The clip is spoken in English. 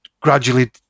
gradually